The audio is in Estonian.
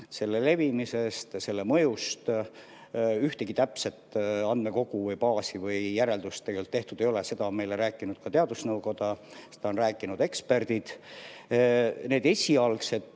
selle levimisest, selle mõjust. Ühtegi täpset andmekogu või -baasi või järeldust tegelikult tehtud ei ole, seda on meile rääkinud ka teadusnõukoda, seda on rääkinud eksperdid. Esialgsed